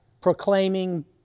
proclaiming